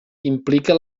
implica